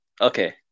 Okay